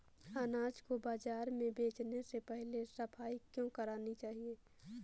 अनाज को बाजार में बेचने से पहले सफाई क्यो करानी चाहिए?